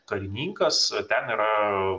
karininkas ten yra